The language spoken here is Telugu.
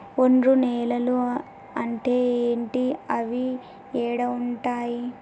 ఒండ్రు నేలలు అంటే ఏంటి? అవి ఏడ ఉంటాయి?